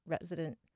resident